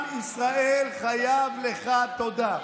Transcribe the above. עם ישראל חייב לך תודה.